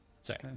Sorry